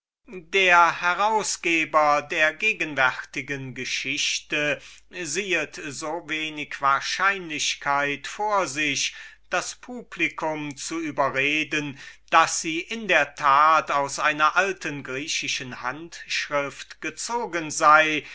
der herausgeber der gegenwärtigen geschichte siehet so wenig wahrscheinlichkeit vor sich das publicum überreden zu können daß sie in der tat aus einem alten griechischen manuskript gezogen sei